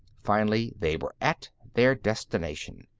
finally, they were at their destination.